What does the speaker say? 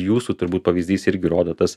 jūsų turbūt pavyzdys irgi rodo tas